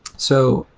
so,